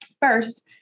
First